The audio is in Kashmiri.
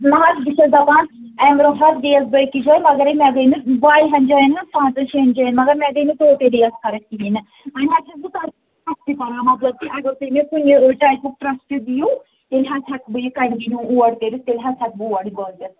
نہ حظ بہٕ چھَس دپان امہِ برونٛٹھ حظ گَٔیس بہ أکِس جایہِ مگرے مےٚ گٔے نہٕ وارہَن جایَن حظ پانٛژَن شین جایَن مگر مےٚ گٔے نہٕ ٹوٹَلی یتھ فرکھ کِہیٖنۍ نہٕ ونۍ حظ چھَس بہٕ تۄہہِ رِکیٚوسٹ کَران مطلب کہ اگر تُہۍ مے کُنہِ ٹایپُک ٹرٛسٹ دِیِو تیٚلہِ حظ ہیکہٕ یہِ کنٹِنیوٗ اور تٔرِتھ تیٚلہِ حظ ہٮ۪کہٕ بہٕ اور وٲتِتھ